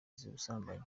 z’ubusambanyi